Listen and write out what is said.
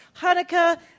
Hanukkah